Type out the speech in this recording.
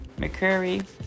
McCurry